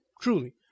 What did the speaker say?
Truly